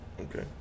Okay